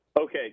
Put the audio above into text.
Okay